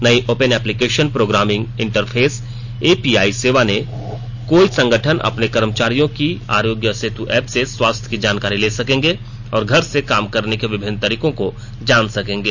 नई open application programming interface API सेवा से कोई संगठन अपने कर्मचारियों की आरोग्य सेतु ऐप से स्वास्थ्य की जानकारी ले सकेंगे और घर से काम करने के विभिन्न तरीकों को जान सकेंगे